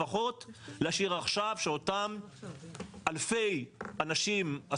לפחות להשאיר עכשיו שאותם אלפי אנשים,